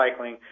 recycling